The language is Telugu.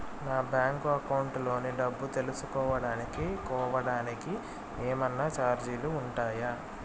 నా బ్యాంకు అకౌంట్ లోని డబ్బు తెలుసుకోవడానికి కోవడానికి ఏమన్నా చార్జీలు ఉంటాయా?